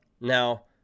now